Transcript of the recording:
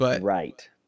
Right